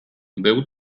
był